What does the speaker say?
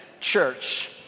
church